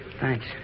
Thanks